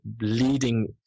leading